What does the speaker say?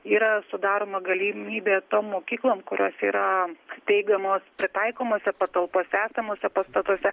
yra sudaroma galimybė tom mokyklom kurios yra steigiamos pritaikomose patalpose esamuose pastatuose